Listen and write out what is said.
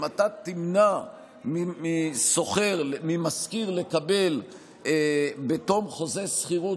אם אתה תמנע ממשכיר לקבל בתום חוזה שכירות